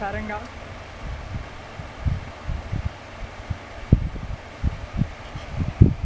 তারেঙ্গা